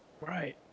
Right